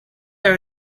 are